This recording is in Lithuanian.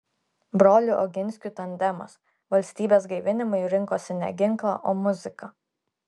brolių oginskių tandemas valstybės gaivinimui rinkosi ne ginklą o muziką